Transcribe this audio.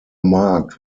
marked